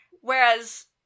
Whereas